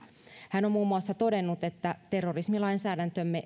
hän on muun muassa todennut että terrorismilainsäädäntömme